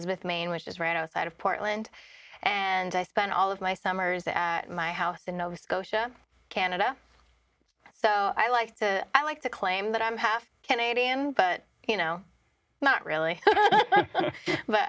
is with maine which is right outside of portland and i spend all of my summers at my house in nova scotia canada so i like to i like to claim that i'm half canadian but you know not really but